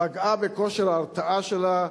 פגעה בכושר ההרתעה שלה,